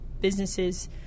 businesses